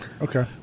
Okay